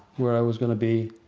where i was gonna be